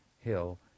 Hill